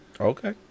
Okay